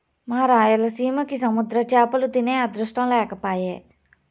మా రాయలసీమకి సముద్ర చేపలు తినే అదృష్టం లేకపాయె